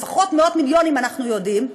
לפחות מאות מיליונים אנחנו יודעים,